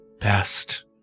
best